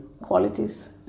qualities